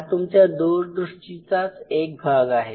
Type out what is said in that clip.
हा तुमच्या दूरदृष्टीचाच एक भाग आहे